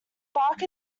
bark